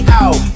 out